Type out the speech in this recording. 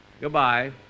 Goodbye